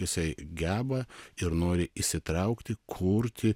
jisai geba ir nori įsitraukti kurti